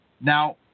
Now